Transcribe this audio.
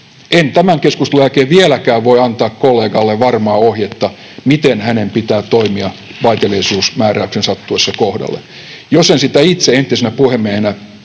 En tämän keskustelun jälkeen vieläkään voi antaa kollegalle varmaa ohjetta, miten hänen pitää toimia vaiteliaisuusmääräyksen sattuessa kohdalle. Jos en sitä itse entisenä puhemiehenä